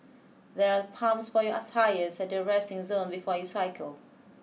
there are pumps for your tyres at the resting zone before you cycle